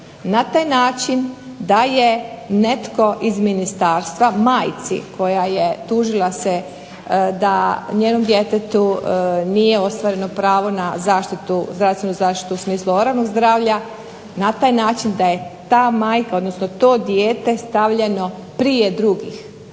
na taj način da je netko iz ministarstva majci koja je tužila se da njenom djetetu nije ostvareno pravo na zaštitu, zdravstvenu zaštitu u smislu oralnog zdravlja na taj način da je ta majka, odnosno to dijete stavljeno prije drugih.